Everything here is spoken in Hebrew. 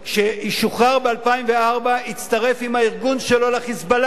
ששוחרר ב-2004, הצטרף עם הארגון שלו ל"חיזבאללה".